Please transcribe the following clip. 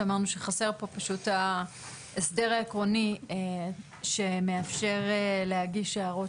שאמרנו שחסר פה פשוט ההסדר העקרוני שמאפשר להגיש הערות